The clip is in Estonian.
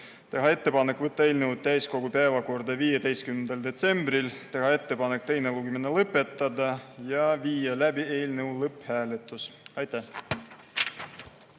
teha ettepanek võtta eelnõu täiskogu päevakorda 15. detsembriks, teha ettepanek teine lugemine lõpetada ja viia läbi eelnõu lõpphääletus. Aitäh!